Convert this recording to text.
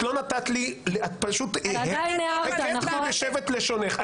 את פשוט הכאת בי בשבט לשונך.